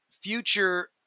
future